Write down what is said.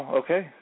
okay